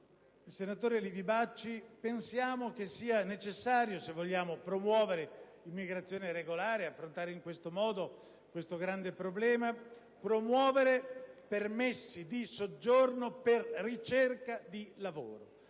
senatore Livi Bacci ha detto: noi pensiamo che sia necessario, se vogliamo promuovere l'immigrazione regolare ed affrontare questo grande problema, promuovere permessi di soggiorno per ricerca di lavoro,